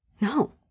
No